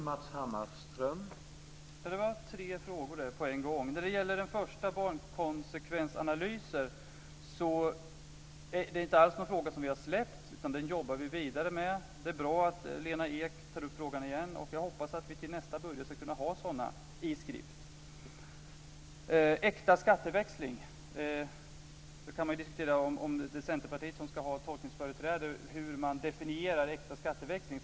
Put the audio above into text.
Herr talman! Det var tre frågor på en gång. När det gäller den första frågan, om barnkonsekvensanalyser, kan jag säga att det inte alls är en fråga som vi har släppt. Den jobbar vi vidare med. Det är bra att Lena Ek tar upp frågan igen. Jag hoppas att vi till nästa budget ska kunna ha sådana i skrift. Man kan diskutera om det är Centerpartiet som ska ha tolkningsföreträde när det gäller hur man definierar äkta skatteväxling.